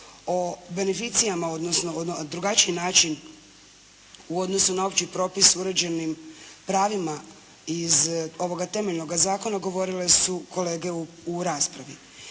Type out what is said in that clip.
O beneficijama odnosno na drugačiji način u odnosu na opći propis uređenim pravima iz ovoga temeljnoga zakona govorite su kolege u raspravi.